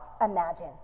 imagine